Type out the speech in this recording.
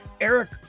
Eric